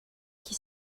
qui